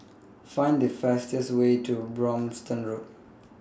Find The fastest Way to Brompton Road